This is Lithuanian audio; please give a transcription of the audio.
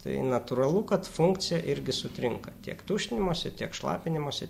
tai natūralu kad funkcija irgi sutrinka tiek tuštinimosi tiek šlapinimosi